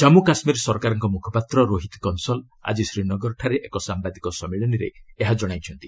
କନ୍ମୁ କାଶ୍ମୀର ସରକାରଙ୍କ ମୁଖପାତ୍ର ରୋହିତ କଂସଲ ଆଜି ଶ୍ରୀନଗରରେ ଏକ ସାମ୍ବାଦିକ ସମ୍ମିଳନୀରେ ଏହା ଜଣାଇଛନ୍ତି